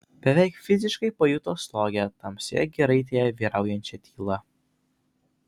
beveik fiziškai pajuto slogią tamsioje giraitėje vyraujančią tylą